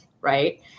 Right